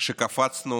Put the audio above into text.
שקפצנו